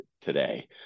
today